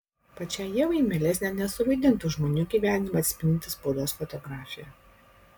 pačiai ievai mielesnė nesuvaidintą žmonių gyvenimą atspindinti spaudos fotografija